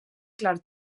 clar